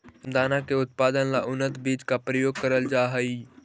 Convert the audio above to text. रामदाना के उत्पादन ला उन्नत बीज का प्रयोग करल जा हई